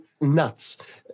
nuts